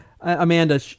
Amanda